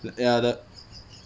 ya the